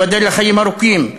ייבדל לחיים ארוכים,